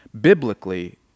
biblically